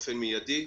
באופן מידי,